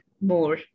more